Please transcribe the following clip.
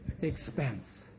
expense